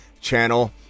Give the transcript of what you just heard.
channel